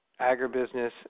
agribusiness